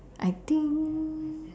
I think